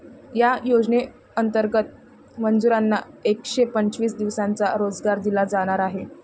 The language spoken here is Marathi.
या योजनेंतर्गत मजुरांना एकशे पंचवीस दिवसांचा रोजगार दिला जाणार आहे